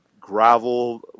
gravel